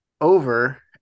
over